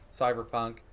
Cyberpunk